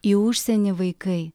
į užsienį vaikai